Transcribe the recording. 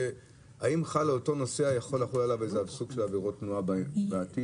האם על אותו נוסע יכול לחול סוג של עבירות תנועה בעתיד?